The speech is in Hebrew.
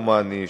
דומני,